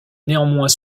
néanmoins